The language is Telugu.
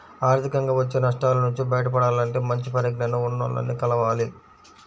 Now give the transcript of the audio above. ఆర్థికంగా వచ్చే నష్టాల నుంచి బయటపడాలంటే మంచి పరిజ్ఞానం ఉన్నోల్లని కలవాలి